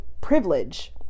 privilege